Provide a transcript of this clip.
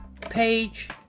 page